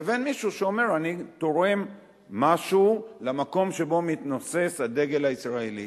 לבין מישהו שאומר: אני תורם משהו למקום שבו מתנוסס הדגל הישראלי.